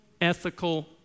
ethical